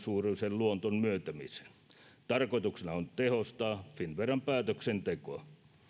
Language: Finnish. samansuuruisen luoton myöntämiseen tarkoituksena on tehostaa finnveran päätöksentekoa